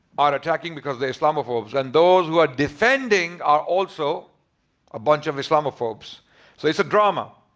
are attacking because the islamophobes. and those who are defending are also a bunch of islamophobes. so it's a drama.